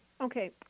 Okay